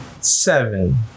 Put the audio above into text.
Seven